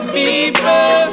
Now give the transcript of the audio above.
people